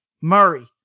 Murray